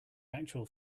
actual